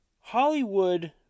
hollywood